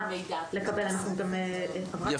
יש בחוק רשימה של אנשים שמורשים.